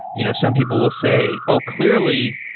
you know some people will say, oh! clearly,